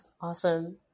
Awesome